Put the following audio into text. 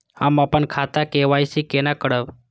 हम अपन खाता के के.वाई.सी केना करब?